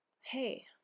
Hey